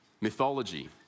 mythology